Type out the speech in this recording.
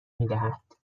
میدهد